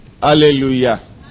Hallelujah